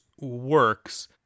works